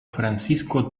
francisco